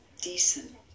decent